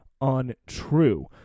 untrue